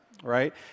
Right